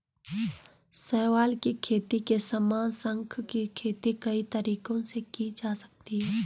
शैवाल की खेती के समान, शंख की खेती कई तरीकों से की जा सकती है